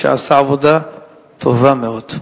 שעשה עבודה טובה מאוד.